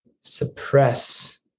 suppress